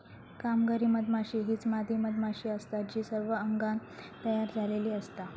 कामकरी मधमाशी हीच मादी मधमाशी असता जी सर्व अंगान तयार झालेली असता